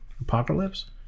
apocalypse